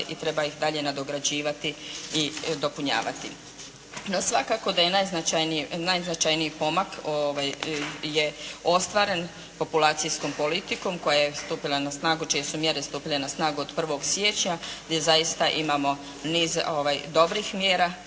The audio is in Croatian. i treba ih dalje nadograđivati i dopunjavati. No, svakako da je najznačajniji pomak je ostvaren populacijskom politikom koja je stupila na snagu čije su mjere stupile na snagu od 1. siječnja, gdje zaista imamo niz dobrih mjera